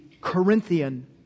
Corinthian